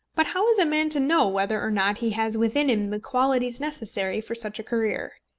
but how is a man to know whether or not he has within him the qualities necessary for such a career?